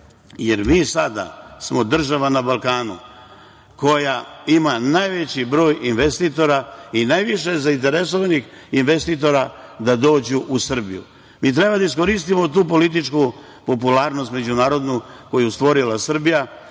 smo mi sada država na Balkanu koja ima najveći broj investitora i najviše zainteresovanih investitora da dođu u Srbiju. Mi treba da iskoristimo tu političku popularnost međunarodnu koju je stvorila Srbija.